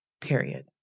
period